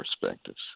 perspectives